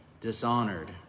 dishonored